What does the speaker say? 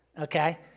Okay